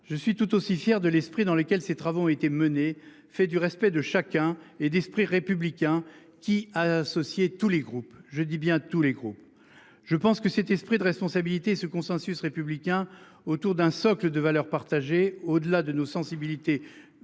Je suis tout aussi fier de l'esprit dans lesquels ces travaux ont été menés, fait du respect de chacun et d'esprit républicain qui associés tous les groupes, je dis bien tous les gros. Je pense que cet esprit de responsabilité. Ce consensus républicain autour d'un socle de valeurs partagées au-delà de nos sensibilités